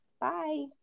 Bye